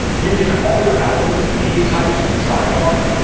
you can get to all your albums and media types from the sidebar,